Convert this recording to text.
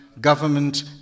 government